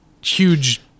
huge